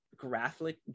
graphic